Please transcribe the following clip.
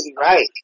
right